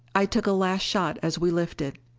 i took a last shot as we lifted.